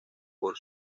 por